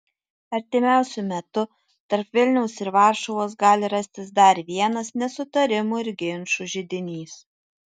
artimiausiu metu tarp vilniaus ir varšuvos gali rastis dar vienas nesutarimų ir ginčų židinys